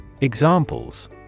Examples